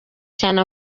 cyane